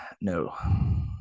No